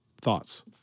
Thoughts